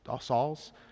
Saul's